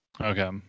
Okay